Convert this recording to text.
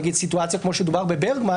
נגיד סיטואציה כמו שדובר בברגמן